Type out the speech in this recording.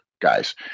guys